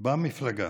במפלגה,